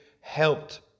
helped